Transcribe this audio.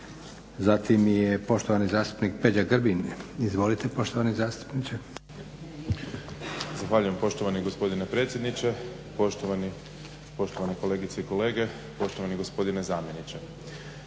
Zatim je poštovani zastupnik Peđa Grbin. Izvolite poštovani zastupniče. **Grbin, Peđa (SDP)** Zahvaljujem poštovani gospodine predsjedniče, poštovani kolegice i kolege, poštovani gospodine zamjeniče.